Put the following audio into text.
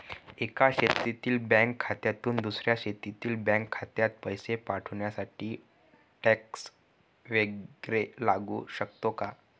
एका देशातील बँक खात्यातून दुसऱ्या देशातील बँक खात्यात पैसे पाठवण्यासाठी टॅक्स वैगरे लागू शकतो का?